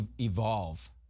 evolve